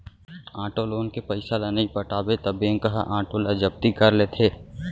auto loan के पइसा ल नइ पटाबे त बेंक ह आटो ल जब्ती कर लेथे